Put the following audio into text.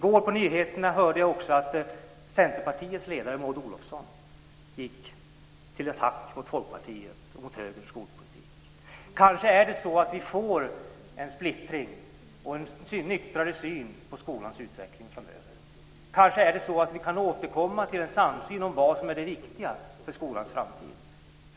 I går hörde jag också på nyheterna att Centerpartiets ledare Maud Olofsson går till attack mot Folkpartiets och mot högerns skolpolitik. Kanske är det så att vi får en splittring och en nyktrare syn på skolans utveckling framöver. Kanske kan vi återkomma till en samsyn om vad som är det viktiga för skolans framtid.